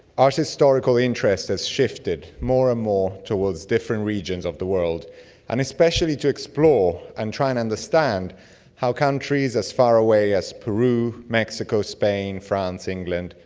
art historical interest has shifted more and more towards different regions of the world and especially to explore and try and understand how countries as far away as peru, mexico, spain, france, england,